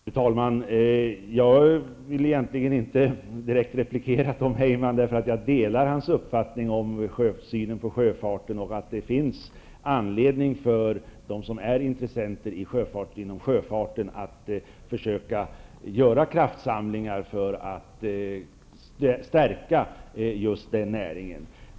Fru talman! Jag vill egentligen inte direkt replikera Tom Heyman -- jag delar hans syn på sjöfarten och hans uppfattning att det finns anledning för dem som är intressenter inom sjöfarten att göra kraftsamlingar för att stärka just den näringen.